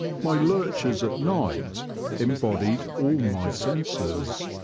my lurchers at night em bodied all my senses.